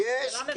ממשלה מבורכת.